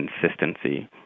consistency